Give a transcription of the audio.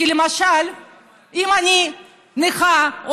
כי למשל אם אני נכה,